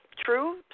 true